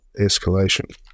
escalation